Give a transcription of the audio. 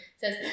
says